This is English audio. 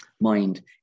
mind